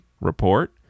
Report